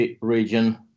region